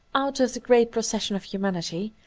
out of the great procession of humanity,